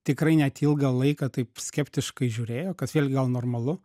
tikrai net ilgą laiką taip skeptiškai žiūrėjo kas vėlgi gal normalu